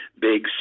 big